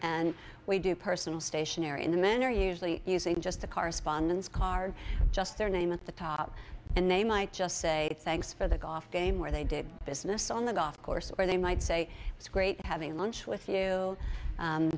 and we do personal stationery in the manner usually using just a correspondence card just their name at the top and they might just say thanks for that off game where they did business on the golf course or they might say it's great having lunch with